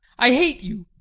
i hate you!